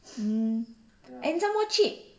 mm and this one more cheap